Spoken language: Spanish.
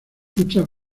muchas